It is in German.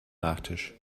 nachtisch